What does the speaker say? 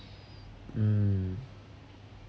mm